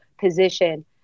position